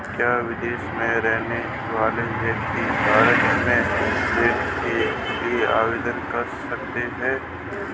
क्या विदेश में रहने वाला व्यक्ति भारत में ऋण के लिए आवेदन कर सकता है?